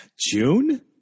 June